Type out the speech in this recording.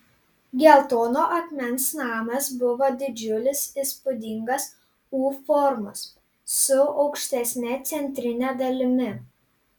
geltono akmens namas buvo didžiulis įspūdingas u formos su aukštesne centrine dalimi